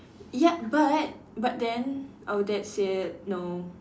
ya but but then our dad said no